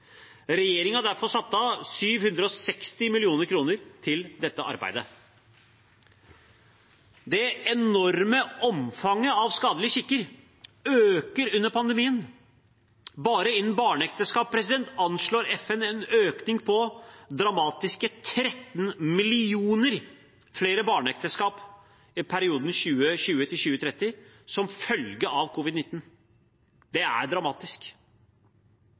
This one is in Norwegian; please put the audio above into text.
dette arbeidet. Det enorme omfanget av skadelige skikker øker under pandemien. Bare innen barneekteskap anslår FN en økning på dramatiske 13 millioner flere barneekteskap i perioden 2020–2030 som følge av covid-19. Det er dramatisk.